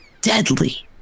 deadly